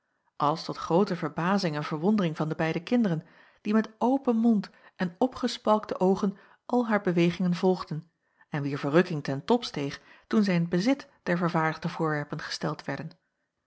alles tot groote verbazing en verwondering van de beide kinderen die met open mond en opgespalkte oogen al haar bewegingen volgden en wier verrukking ten top steeg toen zij in t bezit der vervaardigde voorwerpen gesteld werden